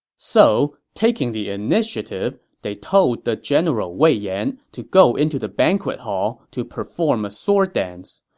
so, taking the initiative, they told the general wei yan to go into the banquet hall to perform a sword dance.